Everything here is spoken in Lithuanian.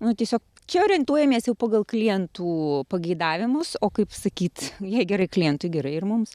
nu tiesiog čia orientuojamės jau pagal klientų pageidavimus o kaip sakyt jei gerai klientui gerai ir mums